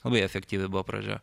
labai efektyvi buvo pradžia